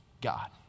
God